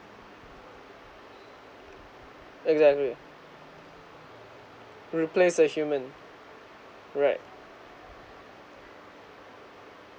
exactly replace a human right